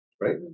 right